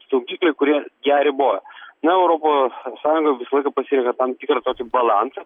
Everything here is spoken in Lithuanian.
saugikliai kurie ją riboja na europos sąjunga visą laiką pasirenka tam tikrą tokį balansą